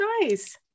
nice